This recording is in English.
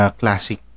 classic